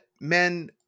men